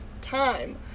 time